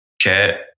Cat